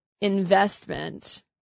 investment